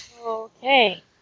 Okay